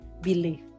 believe